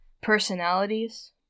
personalities